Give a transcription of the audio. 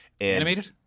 animated